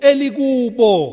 Eligubo